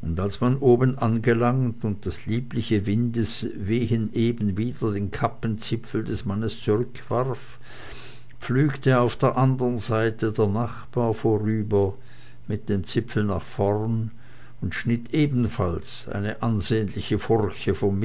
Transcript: und als man oben angelangt und das liebliche windeswehen eben wieder den kappenzipfel des mannes zurückwarf pflügte auf der anderen seite der nachbar vorüber mit dem zipfel nach vorn und schnitt ebenfalls eine ansehnliche furche vom